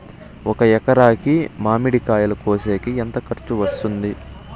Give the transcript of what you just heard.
ఒక ఎకరాకి మామిడి కాయలు కోసేకి ఎంత ఖర్చు వస్తుంది?